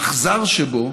האכזר שבו